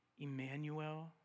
Emmanuel